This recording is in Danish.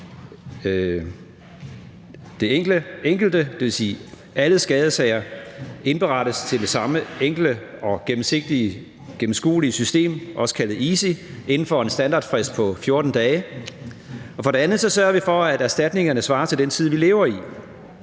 Med den her lov bliver alle skadessager indberettet til det samme enkle, gennemsigtige og gennemskuelige system, også kaldet EASY, inden for en standardfrist på 14 dage. For det andet sørger vi for, at erstatningerne svarer til den tid, vi lever i.